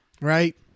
right